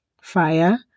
Fire